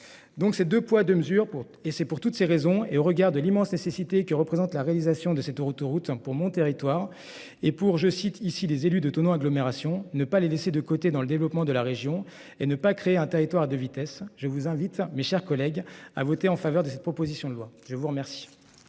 Donc c'est 2 poids 2 mesures pour et c'est pour toutes ces raisons et au regard de l'immense nécessité que représente la réalisation de cette autoroute pour mon territoire et pour je cite ici les élus de Thonon agglomération ne pas les laisser de côté dans le développement de la région et ne pas créer un territoire de vitesse. Je vous invite mes chers collègues à voter en faveur de cette proposition de loi, je vous remercie.